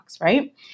right